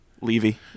Levy